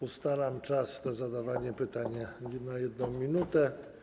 Ustalam czas na zadawanie pytania na 1 minutę.